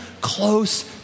close